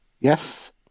yes